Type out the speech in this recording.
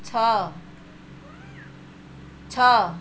ଛଅ ଛଅ